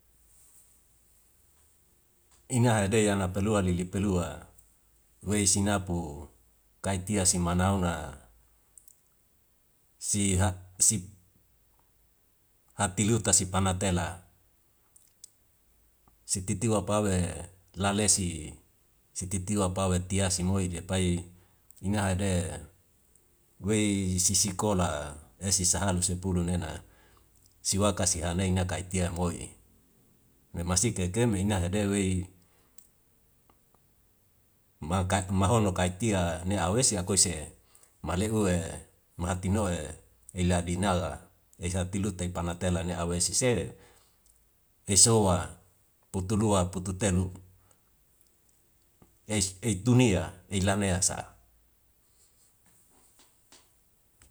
Inga hede yana pelua lili pelua wei sinapu kai tia sima nauna si hati luta sipana tela si titiwa pau lalesi si titiwa pau etiase moi le pai ina hede wei sisikola esi sahalu sepulu nena si waka si hane nai kai tia moi. Me masika kehe keme inga hede wei mahono kai tia ne awesi akoise malehu maha tino ela dinala eisa tilute panai tela ne awesi se esoa putulua pututelu ei tunia ei lanea sa.